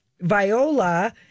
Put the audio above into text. Viola